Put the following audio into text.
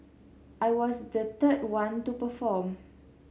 I was the third one to perform